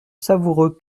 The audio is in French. savoureux